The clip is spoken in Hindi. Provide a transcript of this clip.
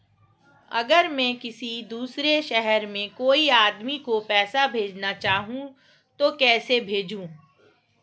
अगर मैं किसी दूसरे शहर में कोई आदमी को पैसे भेजना चाहूँ तो कैसे भेजूँ?